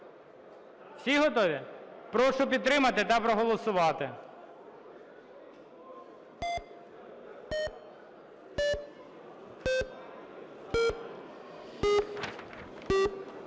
Всі готові? Прошу підтримати та проголосувати.